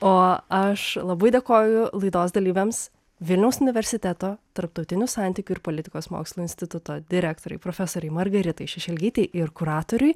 o aš labai dėkoju laidos dalyviams vilniaus universiteto tarptautinių santykių ir politikos mokslų instituto direktorei profesorei margaritai šešelgytei ir kuratoriui